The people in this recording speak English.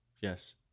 Yes